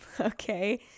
okay